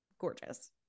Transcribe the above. gorgeous